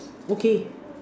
okay